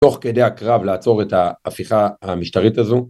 תוך כדי הקרב לעצור את ההפיכה המשטרית הזו